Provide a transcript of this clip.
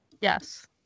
Yes